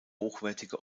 hochwertige